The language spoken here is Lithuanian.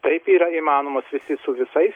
taip yra įmanomas visi su visais